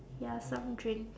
ya some drink